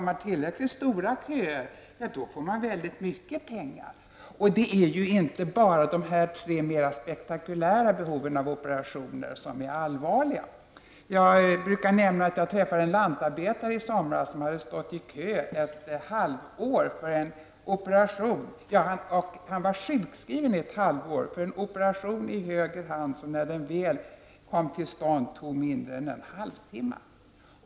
Med tillräckligt långa köer får man väldigt mycket pengar. Men det är ju inte bara de här tre mera spektakulära behoven av operationer som är allvarliga. Jag brukar ta som exempel att jag i somras träffade en lantarbetare som hade varit sjukskriven ett halvår i väntan på en operation i höger hand. När operationen väl kom till stånd tog den mindre än en halvtimme.